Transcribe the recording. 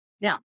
Now